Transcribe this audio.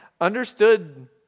understood